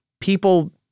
people